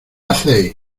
hacéis